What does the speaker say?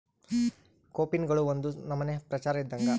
ಕೋಪಿನ್ಗಳು ಒಂದು ನಮನೆ ಪ್ರಚಾರ ಇದ್ದಂಗ